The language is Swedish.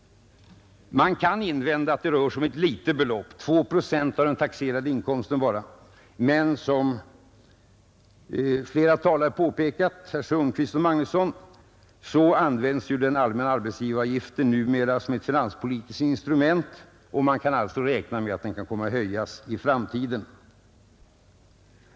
Man kan invända att det rör sig om ett litet belopp — 2 procent av den taxerade inkomsten bara. Men som herrar Sundkvist och Magnusson i Borås påpekat används ju den allmänna arbetsgivaravgiften numera som ett finanspolitiskt instrument, och man kan alltså räkna med att den kan komma att höjas i framtiden.